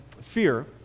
fear